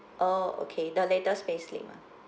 oh okay the latest payslip ah